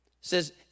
says